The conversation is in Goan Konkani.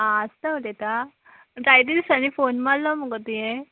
आं आस्ता उलयता जायते दिसांनी फोन माल्लो मुगो तुवें